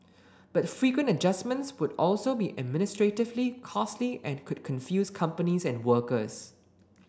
but frequent adjustments would also be administratively costly and could confuse companies and workers